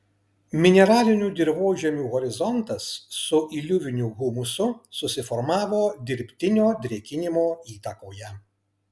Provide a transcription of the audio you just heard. mineralinių dirvožemių horizontas su iliuviniu humusu susiformavo dirbtinio drėkinimo įtakoje